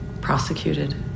Prosecuted